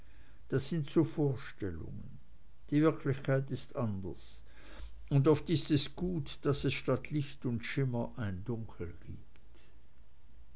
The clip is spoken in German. das sind so vorstellungen die wirklichkeit ist anders und oft ist es gut daß es statt licht und schimmer ein dunkel gibt